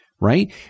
right